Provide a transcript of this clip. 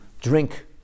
drink